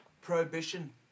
prohibition